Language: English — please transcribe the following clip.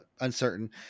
uncertain